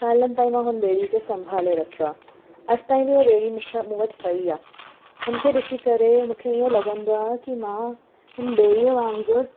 सालनि ताईं मां हुन ॿेड़ीअ खे संभाले रखियो आहे अॼु ताईं बि उहो ॿेड़ी मूंखा मूं वटि पई आहे हुनखे ॾिसी करे मूंखे ईअं लॻंदो आहे की मां हिन ॿेड़ीअ वांगुरु